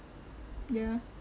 yeah